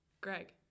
Greg